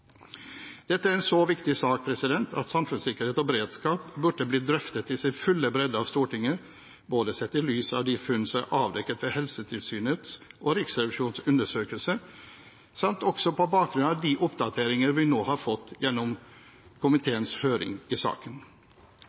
Dette er en så viktig sak at samfunnssikkerhet og beredskap burde blitt drøftet i sin fulle bredde av Stortinget, både sett i lys av de funn som er avdekket ved Helsetilsynets og Riksrevisjonens undersøkelser, og på bakgrunn av de oppdateringer vi nå har fått gjennom komiteens høring i saken.